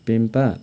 Pempa